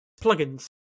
plugins